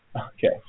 Okay